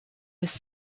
was